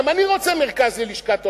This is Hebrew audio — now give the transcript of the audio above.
גם אני רוצה מרכז ללשכת עורכי-הדין,